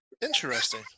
Interesting